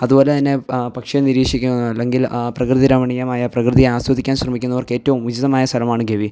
അതുപോലെത്തന്നെ പക്ഷിയെ നിരീക്ഷിക്കുന്നതോ അല്ലെങ്കിൽ ആ പ്രകൃതിരമണീയമായ പ്രകൃതിയെ ആസ്വദിക്കാൻ ശ്രമിക്കുന്നവർക്കേറ്റവും ഉചിതമായ സ്ഥലമാണ് ഗവി